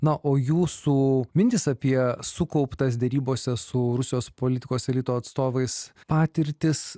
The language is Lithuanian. na o jūsų mintys apie sukauptas derybose su rusijos politikos elito atstovais patirtis